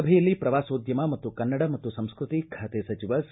ಸಭೆಯಲ್ಲಿ ಪ್ರವಾಸೋದ್ಯಮ ಮತ್ತು ಕನ್ನಡ ಮತ್ತು ಸಂಸ್ಟೃತಿ ಖಾತೆ ಸಚಿವ ಸಿ